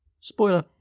Spoiler